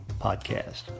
podcast